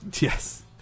Yes